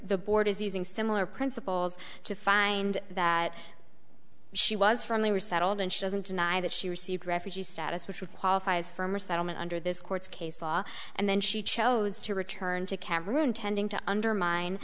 the board is using similar principles to find that she was from the resettled and she doesn't deny that she received refugee status which would qualify as from a settlement under this court's case law and then she chose to return to cameroon tending to undermine